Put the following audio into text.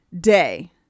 day